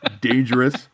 dangerous